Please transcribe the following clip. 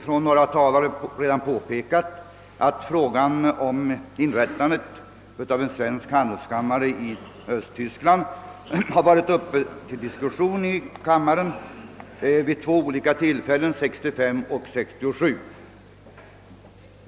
Från några talare har redan påpekats att frågan om inrättandet av en svensk handelskammare i Östtyskland har varit uppe till diskussion vid två olika tillfällen, 1965 och 1967.